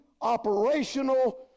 operational